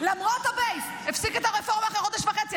למרות הבייס, הפסיק את הרפורמה אחרי חודש וחצי.